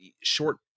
short